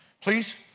please